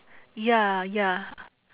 ya ya